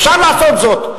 אפשר לעשות זאת.